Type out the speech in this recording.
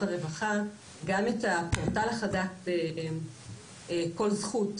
הרווחה גם את הפורטל החדש בכל זכות,